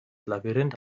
labyrinth